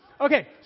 Okay